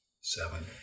seven